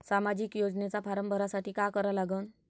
सामाजिक योजनेचा फारम भरासाठी का करा लागन?